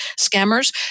scammers